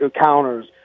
counters